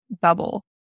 bubble